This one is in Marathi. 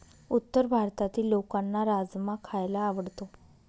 उत्तर भारतातील लोकांना राजमा खायला आवडतो